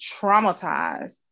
traumatized